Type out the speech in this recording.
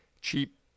Cheap